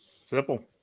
Simple